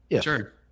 Sure